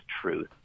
truth